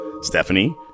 Stephanie